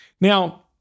Now